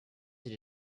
you